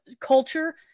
culture